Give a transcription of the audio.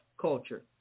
culture